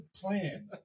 plan